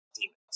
demons